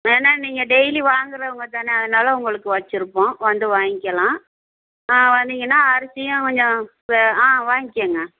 ஏன்னால் நீங்கள் டெய்லி வாங்கிறவுங்க தானே அதனால் உங்களுக்கு வச்சுருப்போம் வந்து வாங்கிக்கலாம் வந்தீங்கன்னால் அரிசியும் கொஞ்சம் வ ஆ வாங்கிக்கோங்க